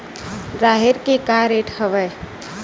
राहेर के का रेट हवय?